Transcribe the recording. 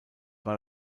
war